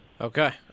Okay